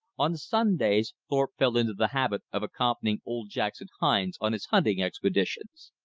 on sundays thorpe fell into the habit of accompanying old jackson hines on his hunting expeditions.